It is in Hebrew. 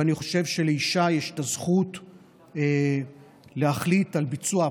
ואני חושב שלאישה יש את הזכות להחליט על ביצוע הפלה,